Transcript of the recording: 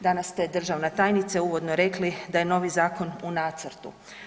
Danas ste, državna tajnice, uvodno rekli da je novi zakon u nacrtu.